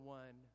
one